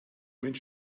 minh